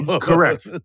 Correct